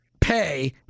pay